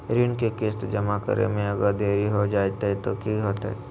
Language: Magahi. ऋण के किस्त जमा करे में अगर देरी हो जैतै तो कि होतैय?